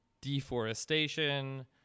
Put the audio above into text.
deforestation